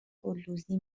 گلدوزی